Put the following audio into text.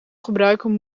gebruiken